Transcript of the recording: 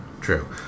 true